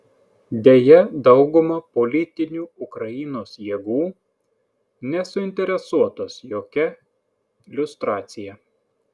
deja dauguma politinių ukrainos jėgų nesuinteresuotos jokia liustracija